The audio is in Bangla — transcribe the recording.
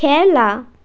খেলা